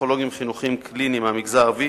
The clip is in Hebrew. לפסיכולוגים חינוכיים קליניים מהמגזר הערבי